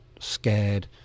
scared